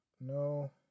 No